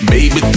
Baby